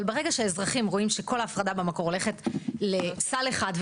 אבל ברגע שכל ההפרדה במקור הולכת לסל אחד,